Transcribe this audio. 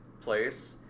place